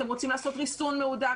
אתם רוצים לעשות ריסון מהודק,